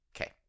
okay